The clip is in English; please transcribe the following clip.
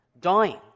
dying